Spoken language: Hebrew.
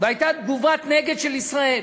והייתה תגובת נגד של ישראל.